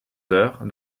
heures